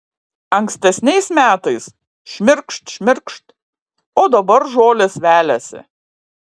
ankstesniais metais šmirkšt šmirkšt o dabar žolės veliasi